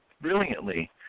brilliantly